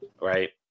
right